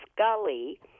Scully